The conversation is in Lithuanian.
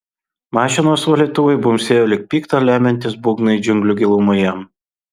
mašinos valytuvai bumbsėjo lyg pikta lemiantys būgnai džiunglių gilumoje